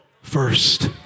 first